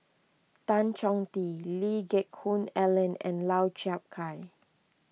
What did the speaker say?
Tan Chong Tee Lee Geck Hoon Ellen and Lau Chiap Khai